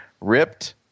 ripped